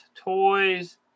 toys